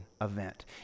event